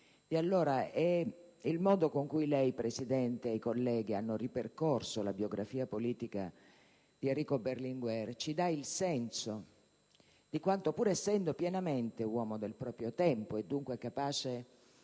Il modo con cui il Presidente e i colleghi hanno ripercorso la biografia politica di Enrico Berlinguer ci dà il senso di quanto, pur essendo pienamente uomo del proprio tempo e dunque capace